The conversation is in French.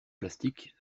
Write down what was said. plastique